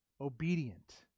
obedient